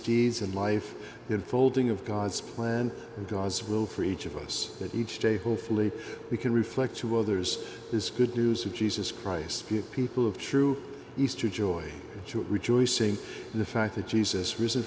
deeds in life unfolding of god's plan and god's will for each of us that each day hopefully we can reflect to others is good news of jesus christ good people of true easter joy to it rejoicing in the fact that jesus risen